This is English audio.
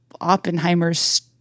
Oppenheimer's